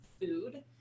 food